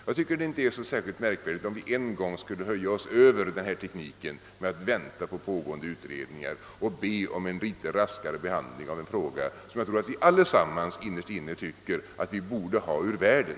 Det vore inte särskilt anmärkningsvärt, tycker jag, om vi en enda gång höjde oss över tekniken att invänta pågående utredningar och bad om en något raskare behandling av en fråga, som jag tror att vi allesammans innerst inne tycker att vi borde få ur världen.